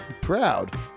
Proud